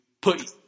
put